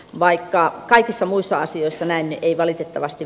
vaikka kaikissa muissa asioissa näin ei valitettavasti